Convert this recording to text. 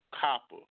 copper